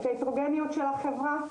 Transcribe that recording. שההטרוגניות של החברה.